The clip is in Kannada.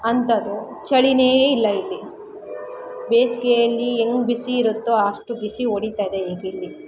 ಅಂಥದು ಚಳಿನೇ ಇಲ್ಲಇಲ್ಲಿ ಬೇಸಿಗೆಯಲ್ಲಿ ಹೆಂಗ್ ಬಿಸಿ ಇರುತ್ತೋ ಅಷ್ಟು ಬಿಸಿ ಹೊಡಿತಾಯಿದೆ ಈಗಿಲ್ಲಿ